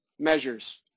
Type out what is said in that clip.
measures